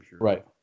right